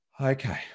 okay